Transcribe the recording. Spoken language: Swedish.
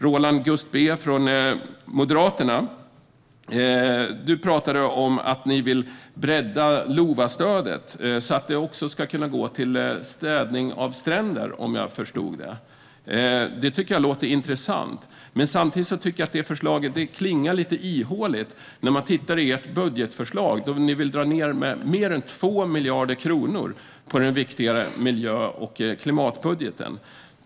Roland Gustbée från Moderaterna talade om att de vill bredda LOVA-stödet så att det också ska kunna gå till städning av stränder, om jag förstod rätt. Det tycker jag låter intressant, men samtidigt klingar förslaget lite ihåligt. När man tittar i Moderaternas budgetförslag ser man att de vill dra ned med mer än 2 miljarder kronor på den viktiga miljö och klimatbudgeten.